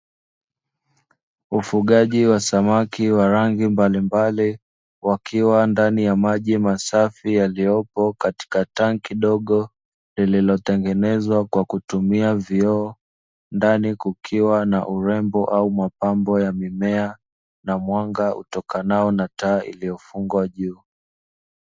Ufugaji wa samaki wa rangi mbalimbali wakiwa ndani ya maji masafi yaliyopo katika tanki dogo, lililotengenezwa kwa kutumia vioo ndani kukiwa na urembo au mapambo ya mimea, na mwanga utokanao na taa iliyofungwa juu.